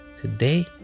Today